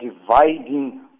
dividing